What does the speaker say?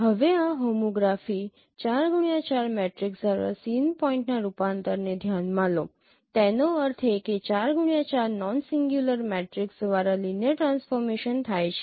હવે આ homography 4x4 matrix દ્વારા સીન પોઇન્ટના રૂપાંતરને ધ્યાનમાં લો તેનો અર્થ એ કે 4x4 નોન્સિંગ્યુલર મેટ્રિક્સ દ્વારા લિનિયર ટ્રાન્સફોર્મેશન થાય છે